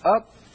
up